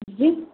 جی